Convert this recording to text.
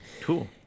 Cool